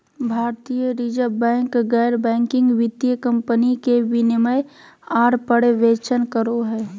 भारतीय reserve bank गैर banking वित्तीय कम्पनी के विनियमन आर पर्यवेक्षण करो हय